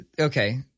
Okay